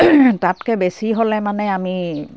তাতকে বেছি হ'লে মানে আমি